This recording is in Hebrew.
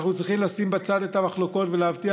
אנו צריכים לשים בצד את המחלוקות ולהבטיח